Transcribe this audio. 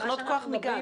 תחנות כוח מגז.